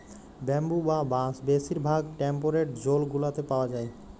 bamboo বা বাঁশ বেশির ভাগ টেম্পরেট জোল গুলাতে পাউয়া যায়